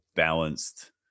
balanced